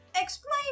Explain